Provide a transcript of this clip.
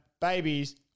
babies